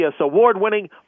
award-winning